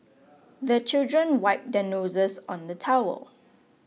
the children wipe their noses on the towel